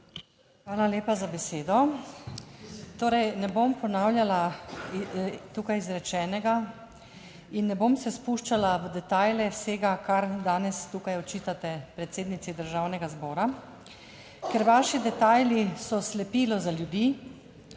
Hvala lepa za besedo. Torej ne bom ponavljala tukaj izrečenega in ne bom se spuščala v detajle vsega kar danes tukaj očitate predsednici Državnega zbora, ker vaši detajli so slepilo za ljudi.